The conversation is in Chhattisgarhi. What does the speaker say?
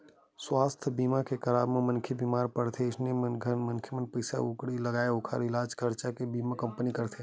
सुवास्थ बीमा के कराब म मनखे ह बीमार पड़गे अइसन घरी म मनखे ला पइसा कउड़ी नइ लगय ओखर इलाज के खरचा ल बीमा कंपनी करथे